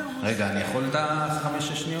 רגע, אני יכול את החמש-שש שניות?